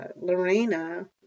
Lorena